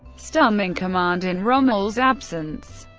stumme, in command in rommel's absence,